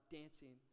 dancing